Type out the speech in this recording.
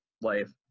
life